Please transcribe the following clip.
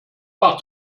macht